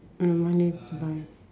mm need to buy